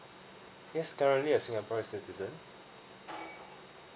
yes currently a singaporean citizen